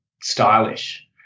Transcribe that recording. stylish